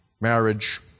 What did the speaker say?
marriage